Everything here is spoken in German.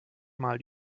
mal